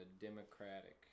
Democratic